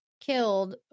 killed